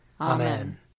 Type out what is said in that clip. Amen